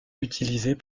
utilisée